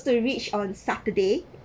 to reach on saturday